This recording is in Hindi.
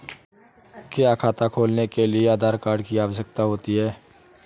क्या खाता खोलने के लिए आधार कार्ड की आवश्यकता होती है?